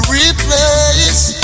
replace